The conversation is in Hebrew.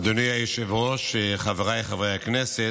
אדוני היושב-ראש, חבריי חברי הכנסת,